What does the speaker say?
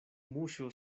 muŝo